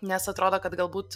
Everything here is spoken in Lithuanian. nes atrodo kad galbūt